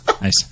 Nice